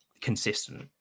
consistent